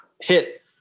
hit